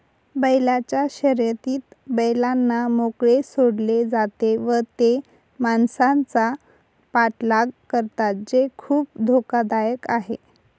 बैलांच्या शर्यतीत बैलांना मोकळे सोडले जाते व ते माणसांचा पाठलाग करतात जे खूप धोकादायक आहे